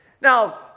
Now